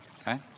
okay